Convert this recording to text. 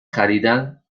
خریدن